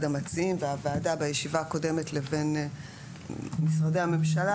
המציעים והוועדה בישיבה הקודמת לבין משרדי הממשלה,